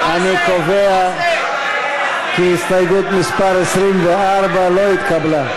אני קובע כי הסתייגות מס' 24 לא התקבלה.